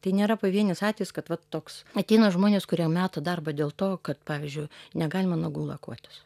tai nėra pavienis atvejis kad va toks ateina žmonės kurie meta darbą dėl to kad pavyzdžiui negalima nagų lakuotis